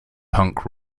punk